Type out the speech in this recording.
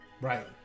Right